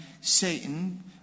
Satan